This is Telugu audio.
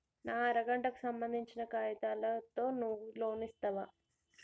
నా అర గంటకు సంబందించిన కాగితాలతో నువ్వు లోన్ ఇస్తవా?